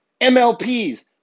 MLPs